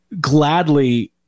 gladly